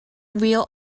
wheel